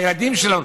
מהילדים שלנו.